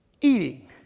Eating